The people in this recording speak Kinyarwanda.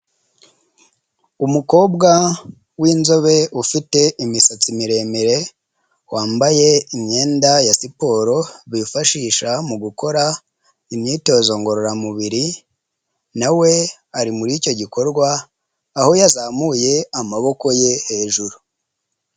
Umukobwa w'inzobe ufite imisatsi miremire, wambaye imyenda ya siporo bifashisha mu gukora imyitozo ngorora mubiri. Nawe we ari muri icyo gikorwa aho yazamuye amaboko ye hejuru.